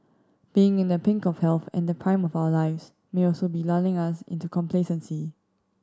being in the pink of health and the prime of our lives may also be lulling us into complacency